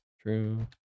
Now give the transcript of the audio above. True